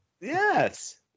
yes